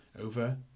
over